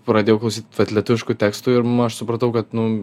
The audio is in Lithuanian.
pradėjau klausyt vat lietuviškų tekstų ir aš supratau kad nu